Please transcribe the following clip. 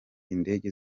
indege